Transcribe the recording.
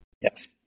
Yes